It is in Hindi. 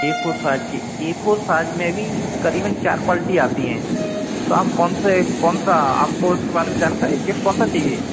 ए फोर साइज की ए फोर साइज में भी क़रीबन चार क्वालटी आती हैं तो आप कौन से कौन सा आपको इसके बारे में जानकारी है कि कौन सा चाहिए